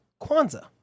Kwanzaa